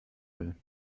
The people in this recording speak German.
will